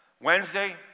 Wednesday